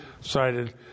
cited